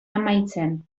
amaitzen